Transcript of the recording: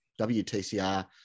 WTCR